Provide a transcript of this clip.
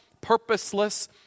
purposeless